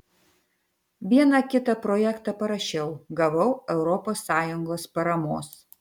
vieną kitą projektą parašiau gavau europos sąjungos paramos